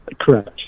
Correct